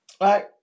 right